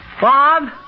Bob